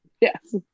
Yes